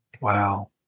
Wow